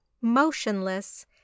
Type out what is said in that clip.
Motionless